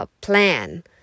plan